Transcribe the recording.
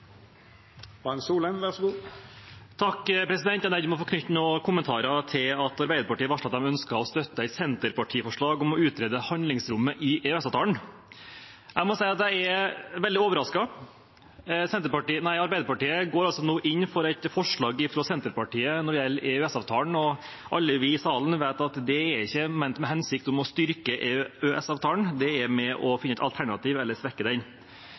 Jeg må få knytte noen kommentarer til at Arbeiderpartiet varslet at de ønsker å støtte et Senterparti-forslag om å utrede handlingsrommet i EØS-avtalen. Jeg må si jeg er veldig overrasket. Arbeiderpartiet går altså inn for et forslag fra Senterpartiet når det gjelder EØS-avtalen, og alle vi i salen vet at det er ikke med den hensikt å styrke EØS-avtalen, men for å finne et alternativ eller svekke den.